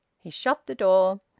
he shut the door.